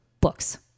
books